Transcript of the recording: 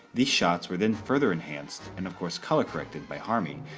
these shots were then further enhanced and, of course, color corrected by harmy,